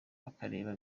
bakareba